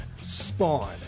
Spawn